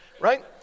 right